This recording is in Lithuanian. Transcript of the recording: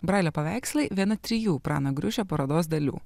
brailio paveikslai viena trijų prano griušio parodos dalių